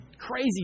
crazy